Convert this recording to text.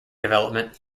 development